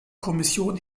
kommission